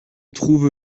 trouve